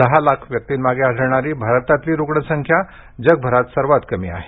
दहा लाखां व्यक्तींमगे आढळणारी भारतातली रुग्ण संख्या जगभरात सर्वात कमी आहे